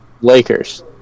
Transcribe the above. Lakers